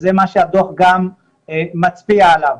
וזה מה שהדוח גם מצביע עליו,